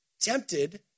tempted